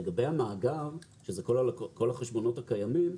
לגבי המאגר שאלה כל החשבונות הקיימים,